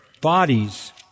bodies